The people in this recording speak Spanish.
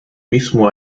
mismo